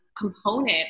component